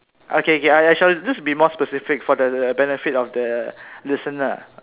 okay K I I shall just be more specific for the the benefit of the listener